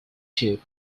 dipped